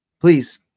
please